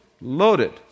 loaded